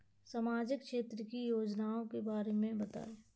सामाजिक क्षेत्र की योजनाओं के बारे में बताएँ?